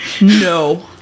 No